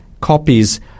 copies